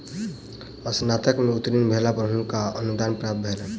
स्नातक में उत्तीर्ण भेला पर हुनका अनुदान प्राप्त भेलैन